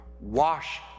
Wash